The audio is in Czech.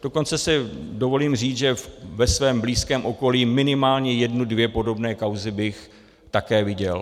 Dokonce si dovolím říct, že ve svém blízkém okolí bych minimálně jednu dvě podobné kauzy také viděl.